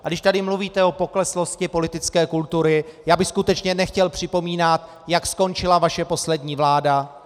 A když tady mluvíte o pokleslosti politické kultury, já bych skutečně nechtěl připomínat, jak skončila vaše poslední vláda.